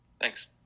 Thanks